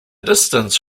distance